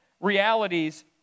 realities